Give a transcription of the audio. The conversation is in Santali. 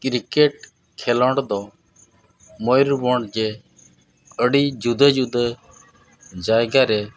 ᱠᱨᱤᱠᱮᱹᱴ ᱠᱷᱮᱞᱳᱰ ᱫᱚ ᱢᱚᱭᱩᱨᱵᱷᱚᱸᱡᱽ ᱟᱹᱰᱤ ᱡᱩᱫᱟᱹ ᱡᱩᱫᱟᱹ ᱡᱟᱭᱜᱟ ᱨᱮ